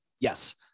Yes